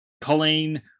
Colleen